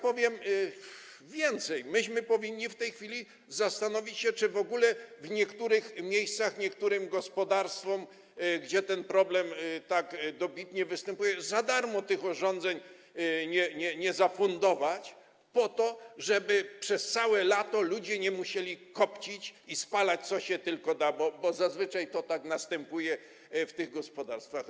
Powiem więcej: myśmy powinni w tej chwili zastanowić się, czy w ogóle w niektórych miejscach niektórym gospodarstwom, gdzie ten problem tak dobitnie występuje, za darmo tych urządzeń nie zafundować po to, żeby przez całe lato ludzie nie musieli kopcić i spalać tego, co tylko się da, bo zazwyczaj to tak jest w tych gospodarstwach.